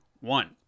one